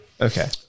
okay